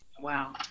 Wow